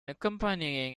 accompanying